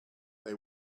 they